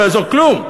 לא יעזור כלום.